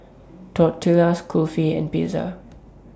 Tortillas Kulfi and Pizza